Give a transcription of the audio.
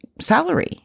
salary